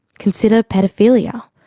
consider paedophilia,